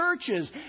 churches